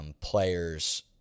players